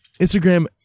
Instagram-